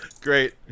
Great